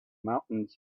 mountains